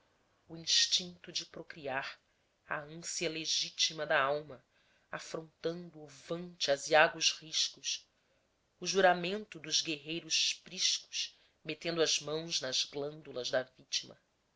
o instinto de procriar a ânsia legítima da alma afrontando ovante aziagos riscos o juramento dos guerreiros priscos metendo as mãos nas glândulas da vítima